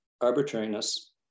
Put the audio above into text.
arbitrariness